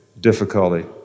difficulty